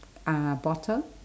ah bottle